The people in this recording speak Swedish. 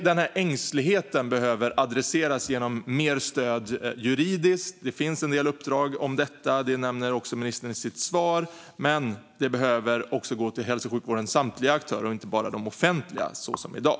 Denna ängslighet behöver adresseras genom mer stöd juridiskt. Det finns en del uppdrag om detta, som ministern nämnde i sitt svar, men det behöver gå till hälso och sjukvårdens samtliga aktörer, inte bara till de offentliga så som i dag.